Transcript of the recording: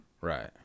Right